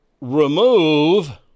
Remove